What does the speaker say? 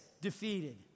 defeated